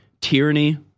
tyranny